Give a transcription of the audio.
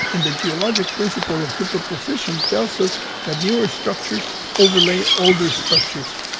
and the geologic principle of superposition tells us that newer structures overlay older structures.